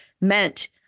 meant